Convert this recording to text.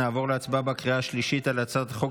נעבור להצבעה בקריאה השלישית על הצעת חוק